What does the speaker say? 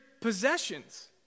possessions